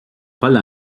falda